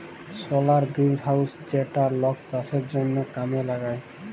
সলার greenhouse যেইটা লক চাষের জনহ কামে লাগায়